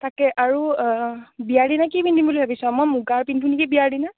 তাকে আৰু বিয়াৰ দিনা কি পিন্ধিম বুলি ভাবিছ মই মুগাৰ পিন্ধো নেকি বিয়াৰ দিনা